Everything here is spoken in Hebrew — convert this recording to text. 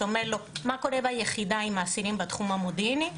שאומר לו מה קורה ביחידה עם האסירים בתחום המודיעיני,